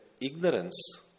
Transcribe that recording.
ignorance